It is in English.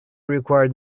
required